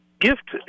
gift